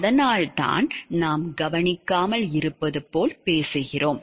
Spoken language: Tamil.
அதனால்தான் நாம் கவனிக்காமல் இருப்பது போல் பேசுகிறோம்